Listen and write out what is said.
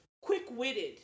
quick-witted